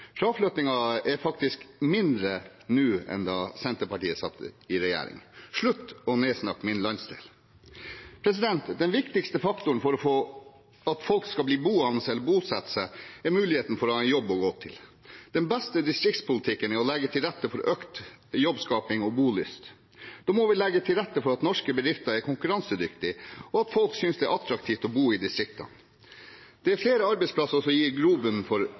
vår landsdel, faktisk går det langt bedre i Finnmark nå enn da Senterpartiet selv satt i regjering. Fraflyttingen er mindre nå enn da Senterpartiet satt i regjering. Så slutt å nedsnakke min landsdel! Den viktigste faktoren for at folk skal bli boende eller bosette seg, er muligheten for å ha en jobb å gå til. Den beste distriktspolitikken er å legge til rette for økt jobbskaping og bolyst. Da må vi legge til rette for at norske bedrifter er konkurransedyktige, og at folk synes det er attraktivt å bo i distriktene. Det er flere arbeidsplasser